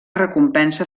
recompensa